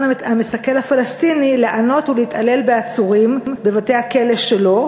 המסכל הפלסטיני לענות ולהתעלל בעצורים בבתי-הכלא שלו.